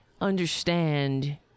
understand